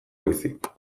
baizik